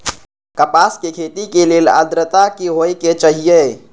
कपास के खेती के लेल अद्रता की होए के चहिऐई?